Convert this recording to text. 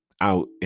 out